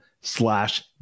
slash